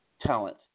talent